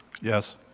Yes